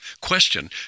Question